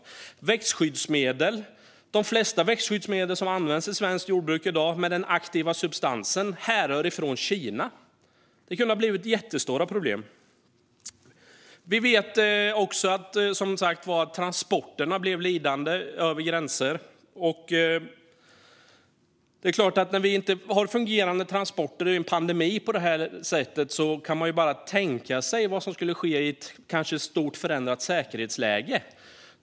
Detsamma gäller växtskyddsmedel; den aktiva substansen i de flesta växtskyddsmedel som används i svenskt jordbruk i dag härrör från Kina. Det kunde ha blivit jättestora problem. Vi vet som sagt att även transporterna över gränser blev lidande. När vi inte har fungerande transporter i en sådan här pandemi kan man ju bara tänka sig vad som skulle ske i ett kanske mycket förändrat säkerhetsläge.